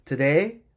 Today